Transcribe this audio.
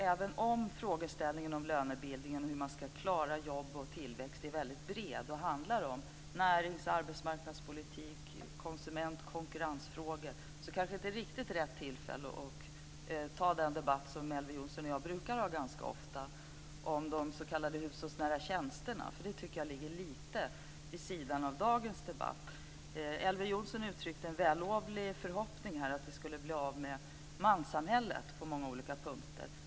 Även om frågeställningen om lönebildningen och hur man ska klara jobb och tillväxt är väldigt bred och handlar om närings och arbetsmarknadspolitik och konsument och konkurrensfrågor tycker jag kanske inte att det är riktigt rätt tillfälle att ta den debatt som Elver Jonsson och jag brukar föra om de s.k. hushållsnära tjänsterna. Det tycker jag ligger lite vid sidan av dagens debatt. Elver Jonsson uttryckte en vällovlig förhoppning om att vi skulle bli av med manssamhället på många olika punkter.